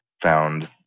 found